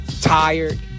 tired